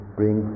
bring